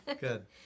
Good